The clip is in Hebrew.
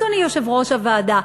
אדוני יושב-ראש הוועדה,